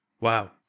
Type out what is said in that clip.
Wow